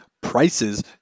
prices